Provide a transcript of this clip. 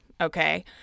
okay